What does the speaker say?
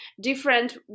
different